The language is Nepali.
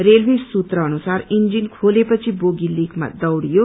रेलवे सूत्र अनुसार इन्जिन खोले पछि बोगी लीकमा दौड़ियो